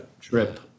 trip